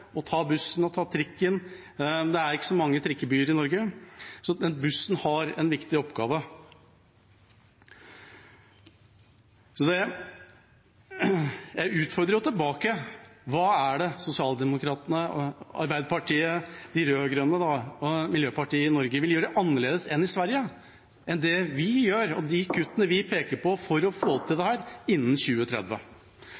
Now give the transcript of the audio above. å ta bussen og trikken. Det er ikke så mange trikkebyer i Norge, så bussen har en viktig oppgave. Jeg utfordrer tilbake: Hva er det sosialdemokratene og Arbeiderpartiet – de rød-grønne – og miljøpartiet i Norge vil gjøre annerledes enn i Sverige, enn det vi gjør, og de kuttene vi peker på for å få til